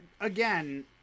Again